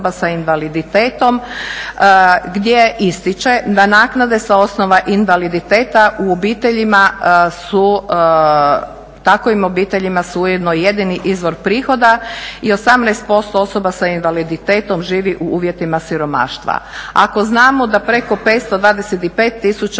obiteljima su i ujedno jedini izvor prihoda. I 18% osoba sa invaliditetom živi u uvjetima siromaštva. Ako znamo da preko 525 tisuća